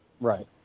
Right